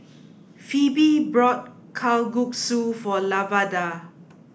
Pheobe bought Kalguksu for Lavada